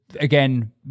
again